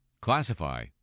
classify